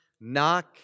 Knock